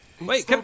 wait